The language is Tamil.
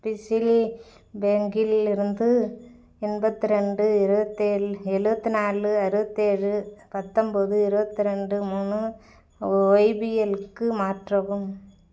பிசில் பேங்கில் இருந்து எண்பத்திரெண்டு இருபத்தி ஏழு எழுபத்தி நாலு அறுபத்தேழு பத்தன்போது இருபத்தெருண்டு மூணு ஒய்பிஎல்க்கு மாற்றவும்